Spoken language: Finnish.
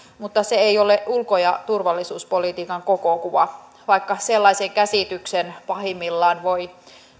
mutta se ei ole ulko ja turvallisuuspolitiikan koko kuva vaikka sellaisen käsityksen pahimmillaan voi